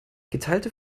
geteilte